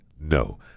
no